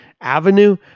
avenue